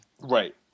Right